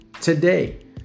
today